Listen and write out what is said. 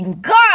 God